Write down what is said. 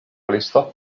listo